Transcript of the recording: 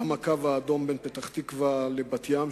גם "הקו האדום" בין פתח-תקווה לבת-ים,